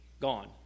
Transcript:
gone